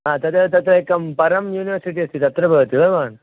ह तदा तत्र एकं परं यूनिवर्सिटि अस्ति तत्र भवति वा भवान्